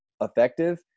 effective